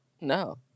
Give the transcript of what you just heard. No